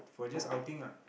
for just outing ah